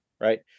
Right